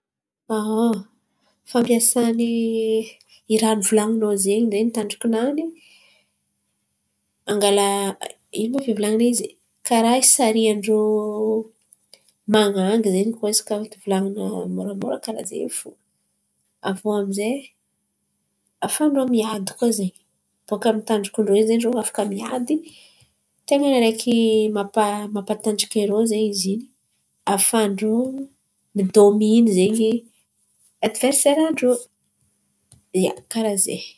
An fampiasany iraha nivolan̈inô zen̈y tandroko-nany angala ino ma fivolan̈ana izy karà hisarian-drô man̈agy koa izy kà volan̈ana moramora karà zen̈y fo. Avio amizay hafan-drô miady koa zen̈y baka amy tandrokon-drô rô zen̈y afaka miady tain̈a araiky mampatanjaka irô zen̈y zin̈y afahan-drô midominy adiveriseran-drô. Ia, karà zen̈y.